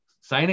signing